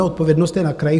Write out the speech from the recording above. Odpovědnost je na krajích.